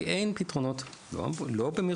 כי אין פתרונות לא במרפאה,